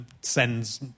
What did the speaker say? sends